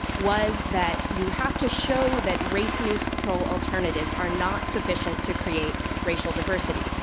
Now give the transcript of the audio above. was that you have to show that race neutral alternatives are not sufficient to create racial diversity.